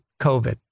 COVID